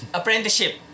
apprenticeship